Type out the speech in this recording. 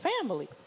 family